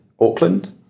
Auckland